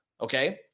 okay